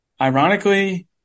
ironically